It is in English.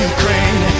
Ukraine